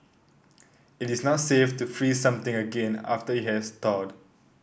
it is not safe to freeze something again after it has thawed